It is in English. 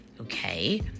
okay